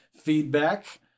feedback